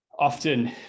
Often